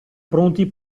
pronti